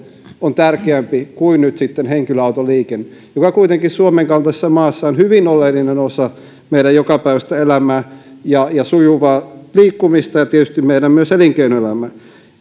on tärkeämpi kuin nyt sitten henkilöautoliikenne joka kuitenkin suomen kaltaisessa maassa on hyvin oleellinen osa meidän jokapäiväistä elämäämme ja sujuvaa liikkumista ja tietysti myös meidän